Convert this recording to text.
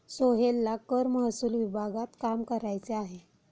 सोहेलला कर महसूल विभागात काम करायचे आहे